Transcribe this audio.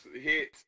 hit